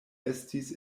estis